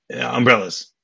umbrellas